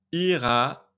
Ira